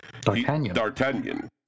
D'Artagnan